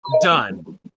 done